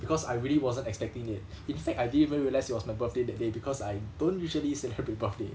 because I really wasn't expecting it in fact I didn't even realise it was my birthday that day because I don't usually say happy birthday